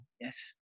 Yes